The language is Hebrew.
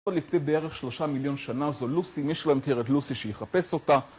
הכול לפני בערך שלושה מיליון שנה, זו לוסי, מי שלא מכיר את לוסי שיחפש אותה